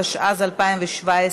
התשע"ז 2017,